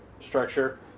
structure